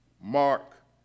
Mark